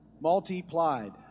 multiplied